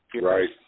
Right